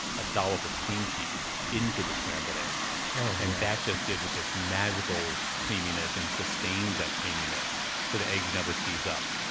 a dollop of cream cheese into the scrambled eggs, and that just gives it this magical creaminess and sustains that creaminess so the eggs never seize up.